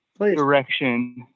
direction